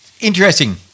Interesting